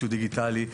שהוא דיגיטלי.